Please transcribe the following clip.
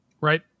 Right